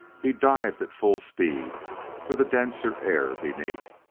he dived at full speed for the denser air beneath.